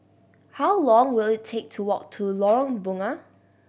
how long will it take to walk to Lorong Bunga